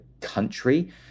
country